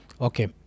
Okay